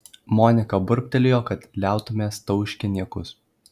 monika burbtelėjo kad liautumės tauškę niekus